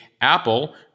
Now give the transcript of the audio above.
Apple